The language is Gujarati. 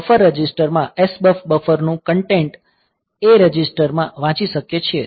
આપણે બફર રજિસ્ટર માં SBUF બફરનું કન્ટેન્ટ A રજિસ્ટર માં વાંચી શકીએ છીએ